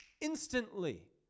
Instantly